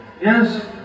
Yes